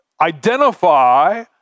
identify